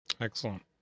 Excellent